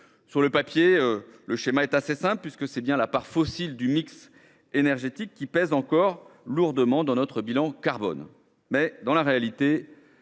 Sur le papier, le schéma est assez simple, puisque c’est bien la part fossile du mix énergétique qui pèse encore lourdement dans notre bilan carbone. Dans la réalité,